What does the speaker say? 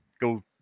go